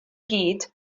gyd